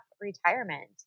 retirement